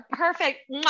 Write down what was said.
Perfect